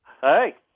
Hey